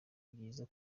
byiza